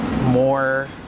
more